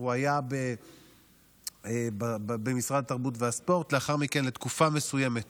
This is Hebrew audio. היה במשרד התרבות והספורט, לאחר מכן לתקופה מסוימת